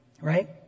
right